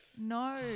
No